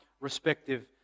respective